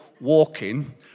walking